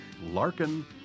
Larkin